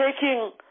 taking